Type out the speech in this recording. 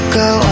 go